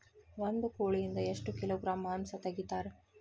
ಒಂದು ಕೋಳಿಯಿಂದ ಎಷ್ಟು ಕಿಲೋಗ್ರಾಂ ಮಾಂಸ ತೆಗಿತಾರ?